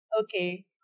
okay